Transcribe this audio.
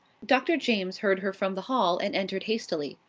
dr. james heard her from the hall and entered hastily.